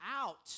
out